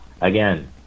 Again